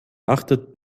achtet